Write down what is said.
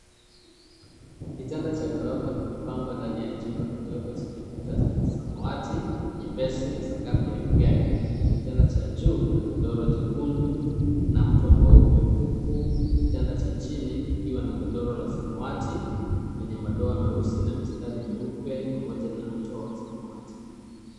Kitanda cha ghorofa kimepangwa ndani ya chumba kidogo chenye kuta za samawati nyepezi na sakafu ya vigae, kitanda cha juu kina godoro ya jekundu na mto meupe huku kitanda cha jini kikiwa na godoro la samawati enye madowa nyeusi na mistari meupe pamoja mto wa samawati.